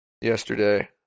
yesterday